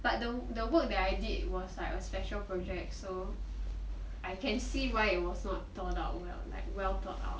but the the work that I did was like a special project so I can see why it was not thought out well like well thought out